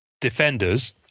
Defenders